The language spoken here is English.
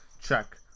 check